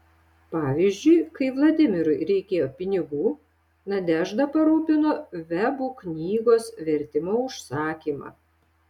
pavyzdžiui kai vladimirui reikėjo pinigų nadežda parūpino vebų knygos vertimo užsakymą